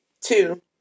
Two